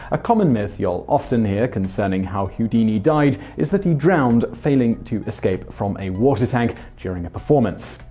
a common myth you'll often hear concerning how houdini died is that he drowned failing to escape from a water tank during a performance,